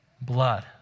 blood